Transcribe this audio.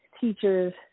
teachers